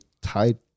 tied